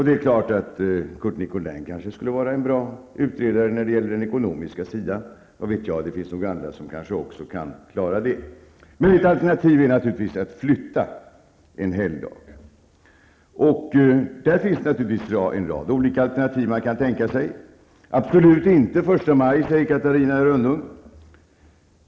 Det är klart att Curt Nicolin kanske skulle vara en bra utredare när det gäller den ekonomiska sidan -- vad vet jag. Det finns nog också andra som kan klara det. Ett alternativ är naturligtvis också att flytta en helgdag. Man kan tänka sig en rad olika lösningar. Absolut inte första maj, säger Catarina Rönnung.